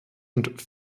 und